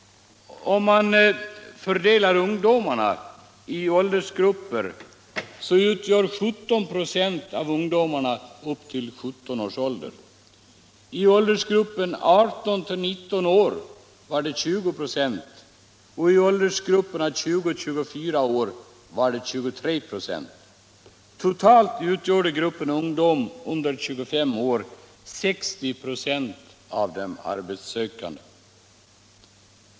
Om man fördelar ungdomarna i åldersgrupper så finner man att 17 26 utgjorde ungdomar upp till 17 år. I åldersgruppen 18-19 år var det 20 926 och i åldersgruppen 20-24 år var det 23 26. Totalt utgjorde gruppen ungdom under 25 år 60 26 av de arbetssökande.